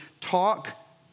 talk